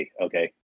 okay